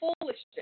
foolishness